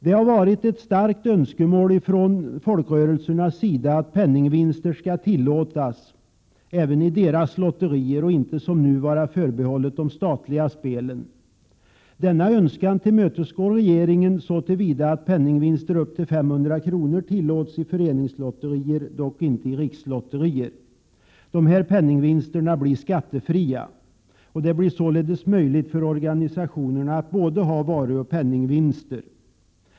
Det har varit ett starkt önskemål från folkrörelsernas sida att penningvinster skall tillåtas även i deras lotterier och inte, som nu, vara förbehållna de statliga spelen. Denna önskan tillmötesgår regeringen så till vida att penningvinster upp till 500 kr. tillåts i föreningslotterier, dock inte i rikslotterier. Dessa penningvinster blir skattefria. Det blir således möjligt för organisationerna att ha både varuoch penningvinster.